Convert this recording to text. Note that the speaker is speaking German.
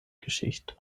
geschichte